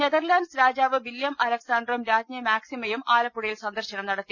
Netherlands രാജാവ് Willem അലക്സാണ്ടറും രാജ്ഞി മാക് സിമയും ആലപ്പുഴയിൽ സന്ദർശനം നടത്തി